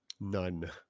none